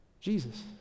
Jesus